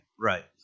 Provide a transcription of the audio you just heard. Right